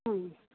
হুম